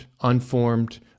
unformed